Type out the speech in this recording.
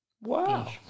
Wow